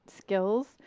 skills